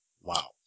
wow